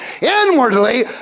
inwardly